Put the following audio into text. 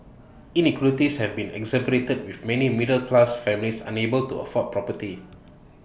inequalities have been exacerbated with many middle class families unable to afford property